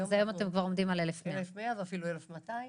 והיום אנחנו עומדים על 1,100 ואפילו 1,200,